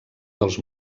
dels